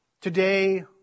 Today